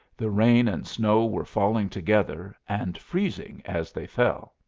the rain and snow were falling together, and freezing as they fell.